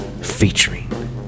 featuring